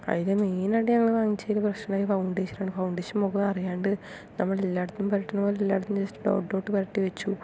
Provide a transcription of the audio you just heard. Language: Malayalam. അതില് മെയിൻ ആയിട്ട് ഞങ്ങൾ വാങ്ങിച്ചതിൽ പ്രശ്നം ഈ ഫൗണ്ടേഷൻ ആണ് ഫൗണ്ടേഷൻ മുഖം അറിയാണ്ട് നമ്മൾ എല്ലായിടത്തും പുരട്ടുന്നതുപോലെ എല്ലായിടത്തും ജസ്റ്റ് ഡോട്ട് ഡോട്ട് പുരട്ടിവച്ചു